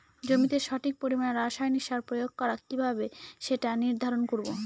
জমিতে সঠিক পরিমাণে রাসায়নিক সার প্রয়োগ করা কিভাবে সেটা নির্ধারণ করব?